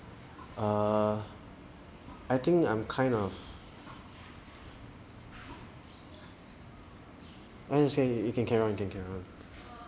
err I think I'm kind of and you say you can carry on you can carry on